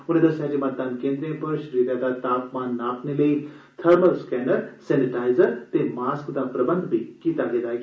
उनें दस्सेआ जे मतदान केन्दें पर शरीर दा तापमान नापने लेई थर्मल स्कैनर सैनीटाईज़र ते मास्क दा प्रबंध बी कीता गेदा ऐ